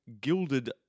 gilded